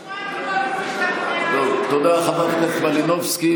שימש בדרך כלל כחבר כנסת בוועדת הכספים,